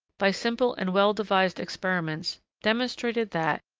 by simple and well-devised experiments, demonstrated that,